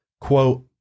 quote